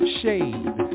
shade